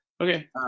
Okay